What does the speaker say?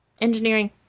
Engineering